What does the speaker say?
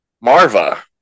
Marva